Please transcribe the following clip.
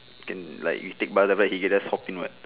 can like you take bus but he just hop in [what]